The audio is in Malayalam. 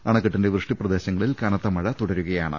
അണക്കെട്ടിന്റെ വൃഷ്ടി പ്രദേശങ്ങളിൽ കനത്ത മഴ തുടകയാണ്